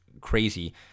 crazy